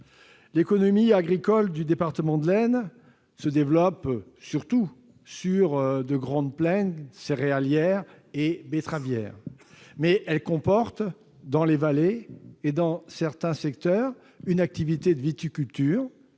L'économie agricole du département de l'Aisne se développe surtout sur de grandes plaines céréalières et betteravières. Mais elle comporte, dans les vallées et dans certains secteurs, une activité de viticulture,